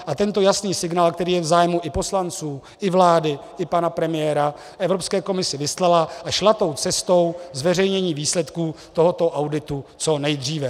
A tento jasný signál, který je v zájmu i poslanců, i vlády, i pana premiéra Evropské komisi vyslala a šla tou cestou zveřejnění výsledků tohoto auditu co nejdříve.